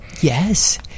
Yes